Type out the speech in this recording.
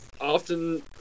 often